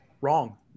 Wrong